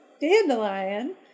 dandelion